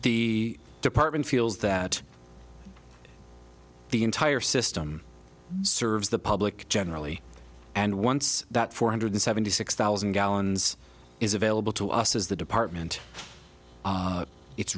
the department feels that the entire system serves the public generally and once that four hundred seventy six thousand gallons is available to us is the department it's